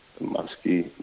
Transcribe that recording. musky